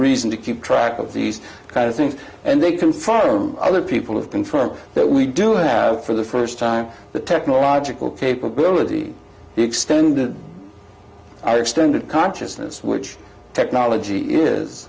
reason to keep track of these kind of things and they can farm other people have been for that we do have for the st time the technological capability extended extended consciousness which technology is